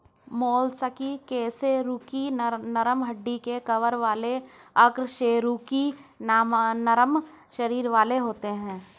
mollusc कशेरुकी नरम हड्डी के कवर वाले और अकशेरुकी नरम शरीर वाले होते हैं